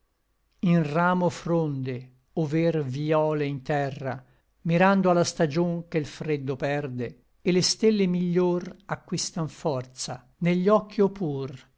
in ramo fronde over vïole in terra mirando a la stagion che l freddo perde et le stelle miglior acquistan forza ne gli occhi ò pur